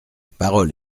parole